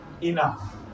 enough